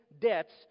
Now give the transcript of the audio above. debts